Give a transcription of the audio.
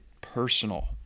personal